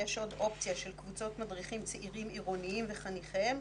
יש עוד אופציה של קבוצות מדריכים צעירים עירוניים וחניכיהם,